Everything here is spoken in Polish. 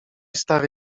stary